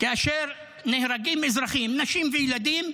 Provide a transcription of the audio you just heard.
כאשר נהרגים אזרחים, נשים וילדים,